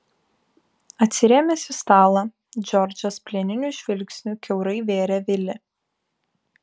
atsirėmęs į stalą džordžas plieniniu žvilgsniu kiaurai vėrė vilį